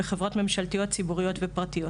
בחברות ממשלתיות ציבוריות ופרטיות.